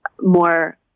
more